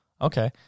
okay